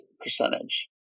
percentage